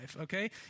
okay